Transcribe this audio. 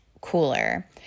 cooler